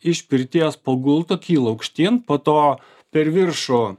iš pirties po gultu kyla aukštyn po to per viršų